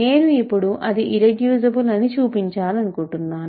నేను ఇప్పుడు అది ఇర్రెడ్యూసిబుల్ అని చూపించాలనుకుంటున్నాను